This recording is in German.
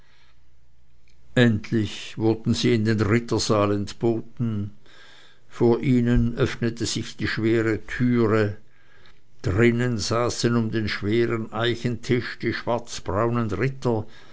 endlich wurden sie in den rittersaal entboten vor ihnen öffnete sich die schwere türe drinnen saßen um den schweren eichentisch die schwarzbraunen ritter